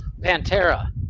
Pantera